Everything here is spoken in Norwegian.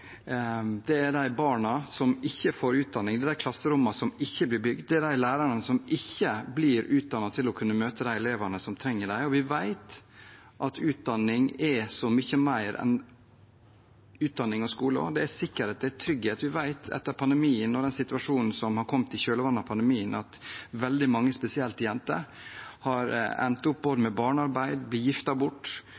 som ikke får utdanning, klasserom som ikke blir bygd, og lærere som ikke blir utdannet til å kunne møte de elevene som trenger dem. Vi vet at utdanning er så mye mer enn utdanning og skole – det er også sikkerhet og trygghet. Vi vet at i den situasjonen som har kommet i kjølvannet av pandemien, har veldig mange – spesielt jenter – endt opp